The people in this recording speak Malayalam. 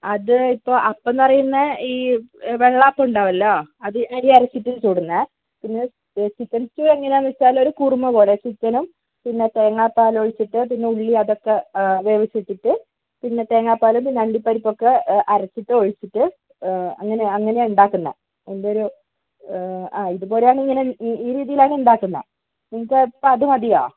അത് ഇപ്പോൾ അപ്പം എന്ന് പറയുന്നത് ഈ വെള്ളയപ്പം ഉണ്ടാവുമല്ലോ അത് ഈ അരി അരച്ചിട്ട് ചുടുന്നത് പിന്നെ ചിക്കൻ സ്റ്റൂ എങ്ങനെയാണെന്ന് വെച്ചാൽ ഒരു കുറുമ പോലെ ചിക്കനും പിന്നെ തേങ്ങാപാൽ ഒഴിച്ചിട്ട് പിന്നെ ഉള്ളി അതൊക്കെ വേവിച്ചിട്ട് ഇട്ടിട്ട് പിന്നെ തേങ്ങാപാലും പിന്നെ അണ്ടിപ്പരിപ്പൊക്കെ അരച്ചിട്ട് ഒഴിച്ചിട്ട് അങ്ങനെയാണ് അങ്ങനെയാണ് ഉണ്ടാക്കുന്നത് അതിന്റെ ഒരു ആ ഇതുപോലെ ആണ് ഇങ്ങനെ ഈ രീതിയിലാണ് ഉണ്ടാക്കുന്നത് നിങ്ങൾക്ക് ഇപ്പോൾ അത് മതിയോ